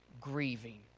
grieving